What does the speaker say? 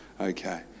okay